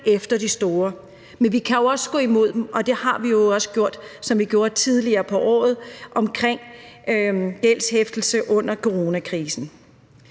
efter de store. Men vi kan også gå imod dem, og det har vi jo også gjort, ligesom vi gjorde tidligere på året i forhold til gældshæftelse under coronakrisen.